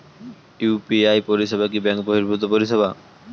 UPI পরিসেবা কি bank বর্হিভুত পরিসেবা?